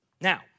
Now